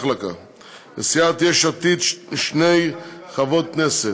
לסיעת יש עתיד, שתי חברות כנסת: